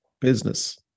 business